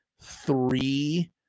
three